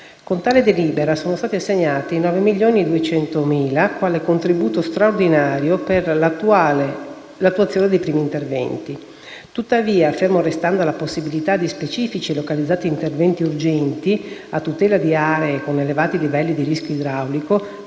Con tale delibera sono stati assegnati 9.200.000 euro quale contributo straordinario per l'attuazione dei primi interventi. Tuttavia, ferma restando la possibilità di specifici e localizzati interventi urgenti a tutela di aree con elevati livelli di rischio idraulico